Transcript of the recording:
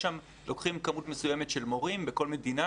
לוקחים כמות מסוימת של מורים בכל מדינה